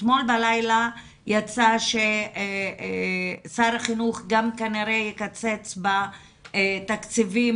אתמול בלילה יצא ששר החינוך כנראה יקצץ בתקציבים